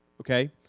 okay